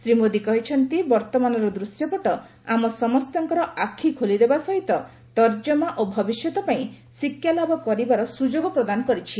ଶ୍ରୀ ମୋଦୀ କହିଛନ୍ତି ବର୍ତମାନର ଦୃଶ୍ୟପଟ ଆମସମସ୍ତଙ୍କର ଆଖି ଖୋଲିଦେବା ସହିତ ସମୀକ୍ଷା ଓ ଭବିଷ୍ୟତ ପାଇଁ ଶିକ୍ଷାଲାଭ କରିବାର ସୁଯୋଗ ପ୍ରଦାନ କରିଛି